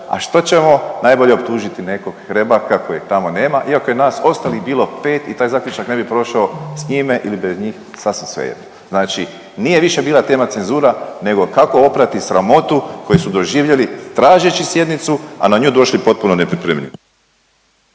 a što ćemo? Najbolje optužiti nekog Hrebaka kojeg tamo nema iako je nas ostalih bilo 5 i taj zaključak ne bi prošao s njime ili bez njih, sasvim svejedno. Znači nije više bila tema cenzura nego kako oprati sramotu koju su doživjeli tražeći sjednicu, a na nju došli potpuno nepripremljeni.